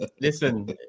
Listen